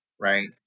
right